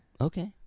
okay